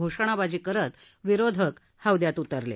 घोषणाबाजी करत विधेयक हौद्यात उतरले